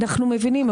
אנחנו מבינים,